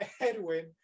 Edwin